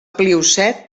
pliocè